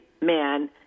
man